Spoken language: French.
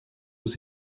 aux